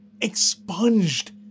expunged